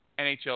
nhl